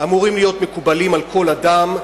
שאמורים להיות מקובלים על כל אדם,